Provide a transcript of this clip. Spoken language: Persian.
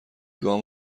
گام